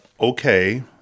okay